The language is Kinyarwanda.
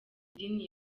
idini